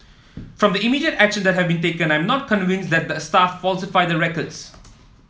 from the immediate action that have been taken I am not convinced that the staff falsified the records